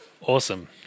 Awesome